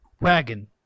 wagon